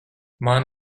man